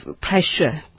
pressure